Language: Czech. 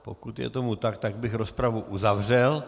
Pokud je tomu tak, tak bych rozpravu uzavřel.